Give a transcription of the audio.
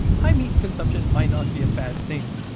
high meat consumption might not be a bad thing,